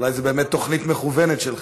אולי זו באמת תוכנית מכוונת שלך.